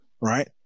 Right